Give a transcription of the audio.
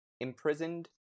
Imprisoned